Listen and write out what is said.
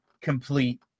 complete